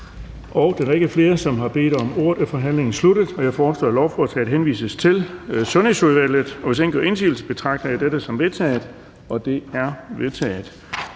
Da der ikke er flere, som har bedt om ordet, er forhandlingen sluttet. Jeg foreslår, at lovforslaget henvises til Sundhedsudvalget. Hvis ingen gør indsigelse, betragter jeg dette som vedtaget. Det er vedtaget.